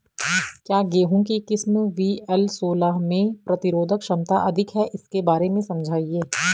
क्या गेहूँ की किस्म वी.एल सोलह में प्रतिरोधक क्षमता अधिक है इसके बारे में समझाइये?